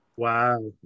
Wow